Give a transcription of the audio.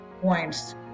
points